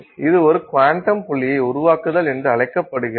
இது ஒரு குவாண்டம் புள்ளியை உருவாக்குதல் என்று அழைக்கப்படுகிறது